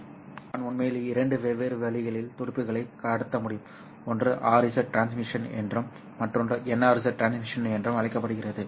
இங்கே நான் உண்மையில் இரண்டு வெவ்வேறு வழிகளில் துடிப்புகளை கடத்த முடியும் ஒன்று RZ டிரான்ஸ்மிஷன் என்றும் மற்றொன்று NRZ டிரான்ஸ்மிஷன் என்றும் அழைக்கப்படுகிறது